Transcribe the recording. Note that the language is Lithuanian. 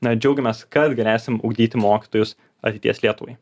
na džiaugiamės kad galėsim ugdyti mokytojus ateities lietuvai